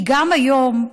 כי גם היום,